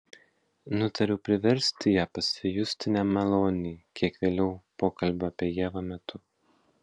nutariau priversti ją pasijusti nemaloniai kiek vėliau pokalbio apie ievą metu